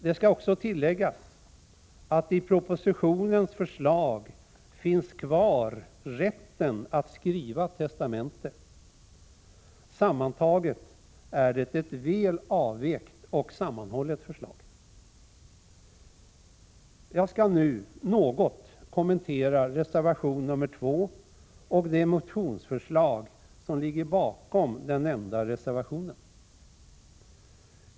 Det skall också tilläggas att i propositionens förslag finns rätten kvar att skriva testamente. Sammantaget är det ett väl avvägt och sammanhållet förslag. Jag skall nu något kommentera reservation nr 2 och de motionsförslag som ligger bakom den nämnda reservationen.